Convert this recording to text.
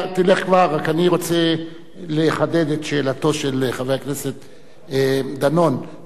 רק אני רוצה לחדד את שאלתו של חבר הכנסת דנון וגם של כץ: